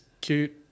cute